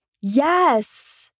Yes